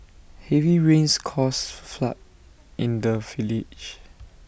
heavy rains caused flood in the village